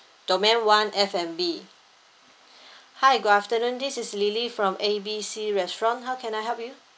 domain one F&B hi good afternoon this is lily from A B C restaurant how can I help you